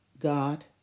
God